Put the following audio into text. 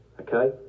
Okay